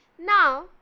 Now